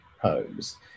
homes